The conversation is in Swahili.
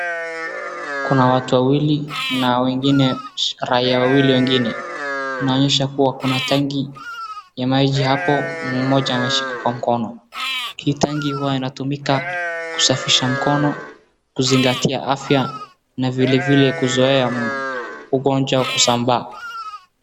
Kuna watu wawili na wengine raia wawili wengine. Inaonyesha kuwa kuna tanki ya maji hapo mmoja ameshika kwa mkono. Hii tanki hua inatumika kusafisha mkono kuzingatia afya na vilevile kuzuia ugonjwa wa kusambaa.